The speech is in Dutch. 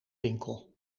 winkel